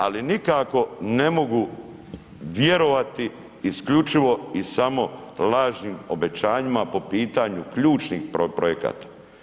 Ali nikako ne mogu vjerovati isključivo i samo lažnim obećanjima po pitanju ključnih projekata.